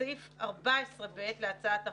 בסעיף 14(ב) להצעת החוק,